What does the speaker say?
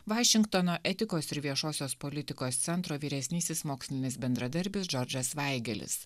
vašingtono etikos ir viešosios politikos centro vyresnysis mokslinis bendradarbis džordžas vaigelis